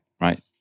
right